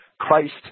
Christ